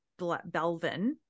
Belvin